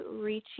reaching